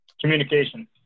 communication